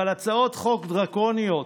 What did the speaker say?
אבל הצעות חוק דרקוניות,